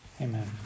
Amen